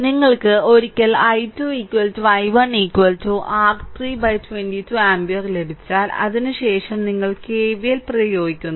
നിങ്ങൾക്ക് ഒരിക്കൽ i2 i1 R3 22 ampere ലഭിച്ചാൽ അതിനുശേഷം നിങ്ങൾ KVL പ്രയോഗിക്കുന്നു